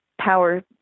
power